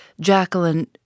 Jacqueline